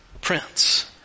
prince